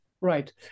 Right